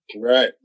right